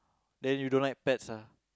then you don't like pets ah